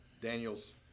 Daniel's